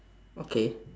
okay